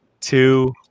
two